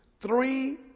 Three